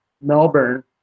Melbourne